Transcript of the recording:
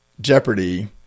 jeopardy